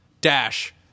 dash